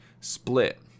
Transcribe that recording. Split